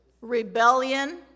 Rebellion